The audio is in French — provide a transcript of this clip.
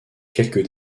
quelques